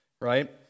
Right